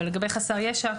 אבל לגבי חסר ישע,